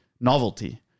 novelty